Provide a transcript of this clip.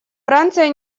франция